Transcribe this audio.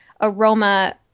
aroma